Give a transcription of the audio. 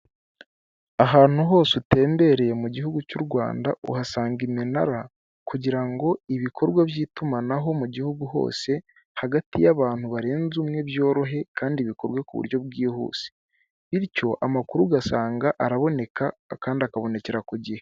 Ahantu hose utembereye mu gihugu cy'u Rwanda uhasanga iminara, kugira ngo ibikorwa by'itumanaho mu gihugu hose, hagati y'abantu barenze umwe byorohe kandi bikorwe ku buryo bwihuse; bityo amakuru ugasanga araboneka kandi akabonekera ku gihe.